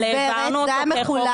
הוא היה מחולק, אבל העברנו אותו כחוק אחד.